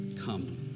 come